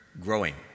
growing